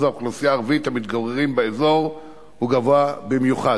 האוכלוסייה הערבית המתגוררת באזור הוא גבוה במיוחד.